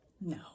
No